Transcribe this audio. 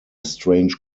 strange